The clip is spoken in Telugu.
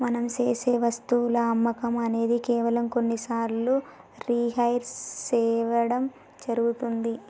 మనం సేసె వస్తువుల అమ్మకం అనేది కేవలం కొన్ని సార్లు రిహైర్ సేయడం జరుగుతుంది